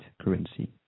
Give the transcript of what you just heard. currency